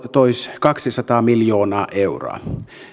toisi kaksisataa miljoonaa euroa